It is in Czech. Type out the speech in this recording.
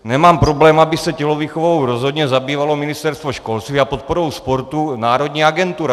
Nemám problém, aby se tělovýchovou rozhodně zabývalo Ministerstvo školství a podporou sportu národní agentura.